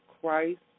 Christ